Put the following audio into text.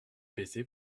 baiser